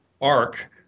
arc